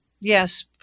Yes